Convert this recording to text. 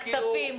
כספים,